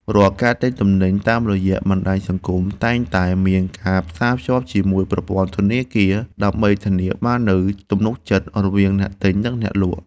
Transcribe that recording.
រាល់ការទិញទំនិញតាមរយៈបណ្តាញសង្គមតែងតែមានការផ្សារភ្ជាប់ជាមួយប្រព័ន្ធធនាគារ ដើម្បីធានាបាននូវទំនុកចិត្តរវាងអ្នកទិញនិងអ្នកលក់។